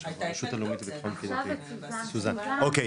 12:24.) אוקי,